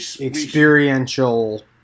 experiential